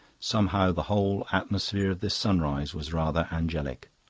somehow the whole atmosphere of this sunrise was rather angelic.